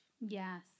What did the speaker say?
Yes